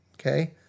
Okay